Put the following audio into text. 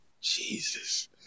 Jesus